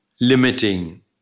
limiting